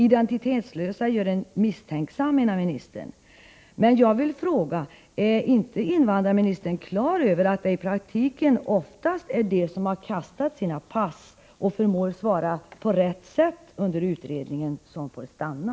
Identitetslöshet hos flyktingar gör en misstänksam, menar ministern. Jag vill dock fråga: Är inte invandrarministern på det klara med att det i praktiken oftast är de som har kastat sina pass och förmår svara på rätt sätt under utredningen som får stanna?